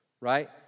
right